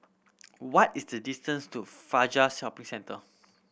what is the distance to Fajar Shopping Centre